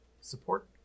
support